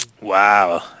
Wow